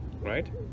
right